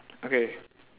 okay